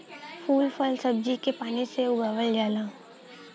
फूल फल सब्जी के पानी से उगावल जाला